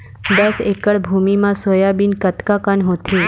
दस एकड़ भुमि म सोयाबीन कतका कन होथे?